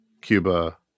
Cuba